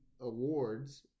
awards